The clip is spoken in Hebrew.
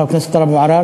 חבר הכנסת טלב אבו עראר,